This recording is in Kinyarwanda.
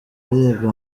biga